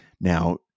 Now